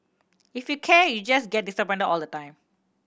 if you care you just get disappointed all the time